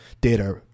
data